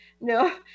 no